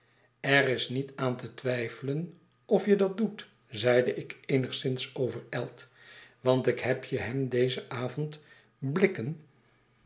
er is niet aan te twijfelen of je dat doet zeide ik eenigszins overijld want ik heb je hem dezen avond blikken